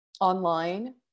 online